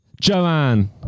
joanne